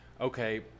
Okay